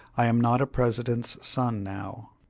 i am not a president's son now.